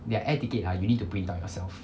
their air ticket ah you need to print out yourself